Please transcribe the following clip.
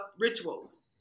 rituals